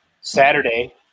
Saturday